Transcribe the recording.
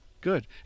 good